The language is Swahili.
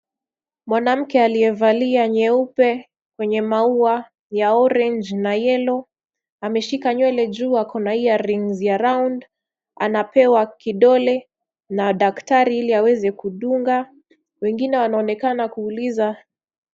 Mwanamke aliyevalia nyeupe wenye maua ya orange na yellow , ameshika nywele juu ako na earings ya round , anapewa kidole na daktari ili aweze kudunga. Wengine wanaonekana kuuliza.